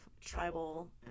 tribal